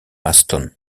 maston